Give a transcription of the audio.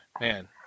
Man